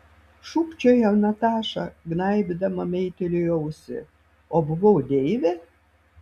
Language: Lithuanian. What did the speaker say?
šūkčiojo nataša gnaibydama meitėliui ausį o buvau deivė